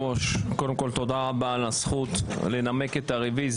ראשון: הצעת חוק לתיקון פקודת המשטרה (סמכויות),